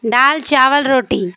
دال چاول روٹی